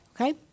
okay